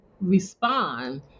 respond